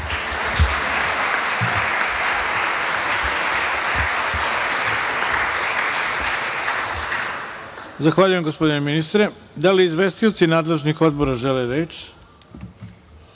Zahvaljujem, gospodine ministre. Da li izvestioci nadležnih odbora žele reč?